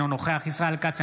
אינו נוכח ישראל כץ,